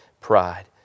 pride